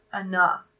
enough